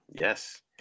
Yes